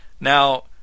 Now